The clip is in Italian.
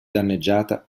danneggiata